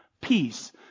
peace